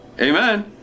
Amen